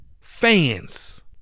fans